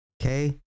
okay